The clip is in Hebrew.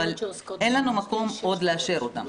אבל אין לנו מקום עוד לאשר אותם.